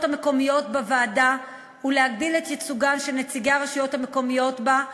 המקומיות בוועדה ולהגדיל את ייצוגן של הרשויות המקומיות בה,